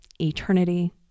eternity